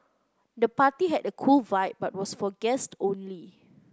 the party had a cool vibe but was for guest only